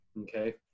Okay